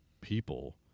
people